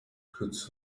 recruits